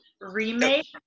remake